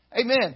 Amen